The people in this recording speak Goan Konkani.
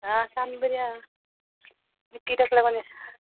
आं सांग बरी आं आनी कित्याक लागून